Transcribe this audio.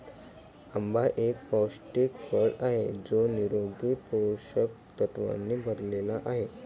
आंबा एक पौष्टिक फळ आहे जो निरोगी पोषक तत्वांनी भरलेला आहे